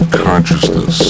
consciousness